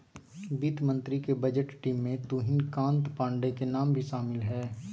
वित्त मंत्री के बजट टीम में तुहिन कांत पांडे के नाम भी शामिल हइ